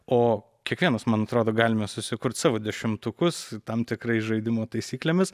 o kiekvienas man atrodo galime susikurt savo dešimtukus tam tikrais žaidimo taisyklėmis